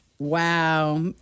Wow